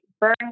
burn